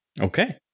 Okay